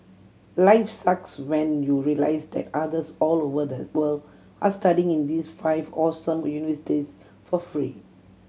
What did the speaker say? life sucks when you realise that others all over the world are studying in these five awesome universities for free